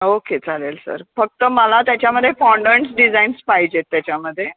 okay चालेल sir फक्त मला त्याच्यामध्ये फॉन्डन्ट डिझाईन्स पाहिजे आहेत त्याच्यामध्ये